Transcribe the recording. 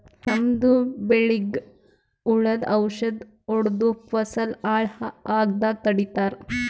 ನಮ್ಮ್ ಬೆಳಿಗ್ ಹುಳುದ್ ಔಷಧ್ ಹೊಡ್ದು ಫಸಲ್ ಹಾಳ್ ಆಗಾದ್ ತಡಿತಾರ್